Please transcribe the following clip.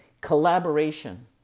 collaboration